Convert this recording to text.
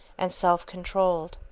and self-controlled.